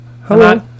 Hello